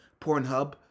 Pornhub